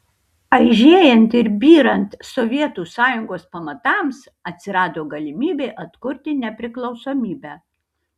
aižėjant ir byrant sovietų sąjungos pamatams atsirado galimybė atkurti nepriklausomybę